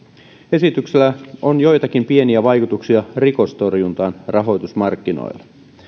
esityksellä on joitakin pieniä vaikutuksia rikostorjuntaan rahoitusmarkkinoilla